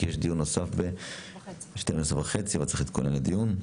כי יש דיון נוסף ב-12:30 ועוד צריך להתכונן לדיון.